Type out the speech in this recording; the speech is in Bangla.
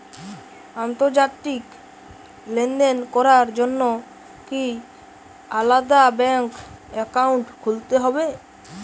আন্তর্জাতিক লেনদেন করার জন্য কি আলাদা ব্যাংক অ্যাকাউন্ট খুলতে হবে?